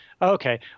Okay